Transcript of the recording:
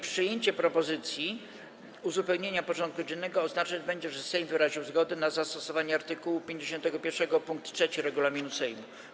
Przyjęcie propozycji uzupełnienia porządku dziennego oznaczać będzie, że Sejm wyraził zgodę na zastosowanie art. 51 pkt 3 regulaminu Sejmu.